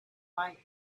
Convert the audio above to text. might